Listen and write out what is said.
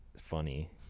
funny